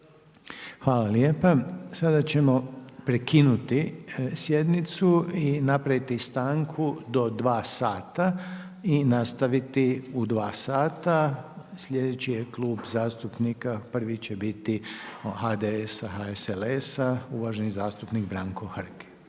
Željko (HDZ)** Sada ćemo prekinuti sjednicu i napraviti stanku do dva sata i nastaviti u dva sata. Sljedeći je Klub zastupnika prvi će biti HDS-a, HSLS-a uvaženi zastupnik Branko Hrg.